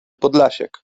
podlasiak